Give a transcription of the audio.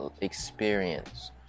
experience